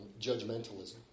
judgmentalism